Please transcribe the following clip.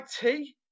tea